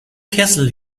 kessel